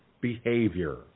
behavior